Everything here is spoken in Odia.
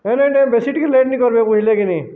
ନାଇଁ ନାଇଁ ବେଶି ଟିକେ ଲେଟ୍ ନାଇଁ କରବେ ବୁଝିଲେ କି ନାଇଁ